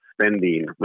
spending